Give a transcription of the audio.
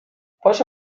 پاشو